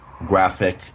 graphic